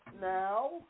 now